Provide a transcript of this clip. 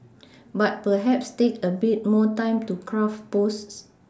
but perhaps take a bit more time to craft posts